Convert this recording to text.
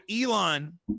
Elon